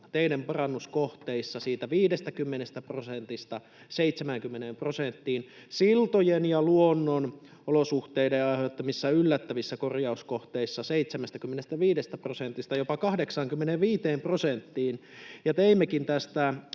teiden parannuskohteissa siitä 50 prosentista 70 prosenttiin ja siltakohteissa ja luonnonolosuhteiden aiheuttamissa yllättävissä korjauskohteissa 75 prosentista jopa 85 prosenttiin. Teimmekin tästä